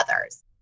others